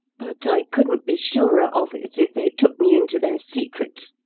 but i couldn't be surer of it if they took me into their secrets.